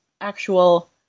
actual